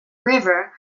river